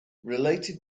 related